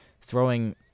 throwing